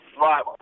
Right